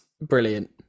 brilliant